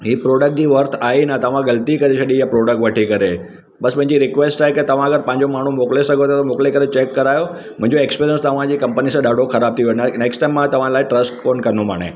हे product जी worth आहे ई न तव्हां ग़लती करे छ्ॾी आ्हे प्रोडक्ट वठी करे बसि मुंहिंजी रिक्वेस्ट आहे तव्हां अगरि पंहिंजो माण्हू मोकिले सघो त मोकिले करे चैक करायो मुंहिंजो एक्सपीरियंस तव्हांजी कंपनी सां ॾाढो ख़राब थी वञो नेक्सट टाइम मां तव्हां लाइ ट्रस्ट कोन कंदुमि हाणे